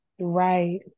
Right